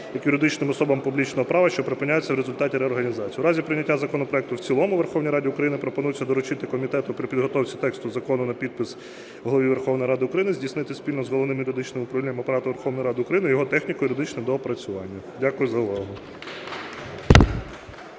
як юридичним особам публічного права, що припиняються в результаті реорганізації". У разі прийняття законопроекту в цілому у Верховній Раді України пропонується доручити комітету при підготовці тексту закону на підпис Голові Верховної Ради України здійснити спільно з Головним юридичним управлінням Апарату Верховної Ради України його техніко-юридичне доопрацювання. Дякую за увагу.